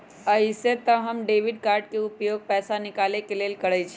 अइसे तऽ हम डेबिट कार्ड के उपयोग पैसा निकाले के लेल करइछि